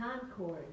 concord